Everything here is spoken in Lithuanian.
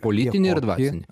politinį ir dvasinį